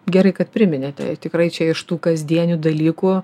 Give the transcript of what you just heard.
gerai kad priminėte tikrai čia iš tų kasdienių dalykų